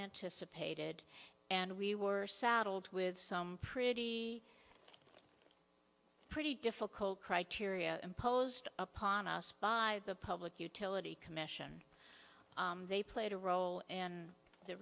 anticipated and we were saddled with some pretty pretty difficult criteria imposed upon us by the public utility commission they played a role in the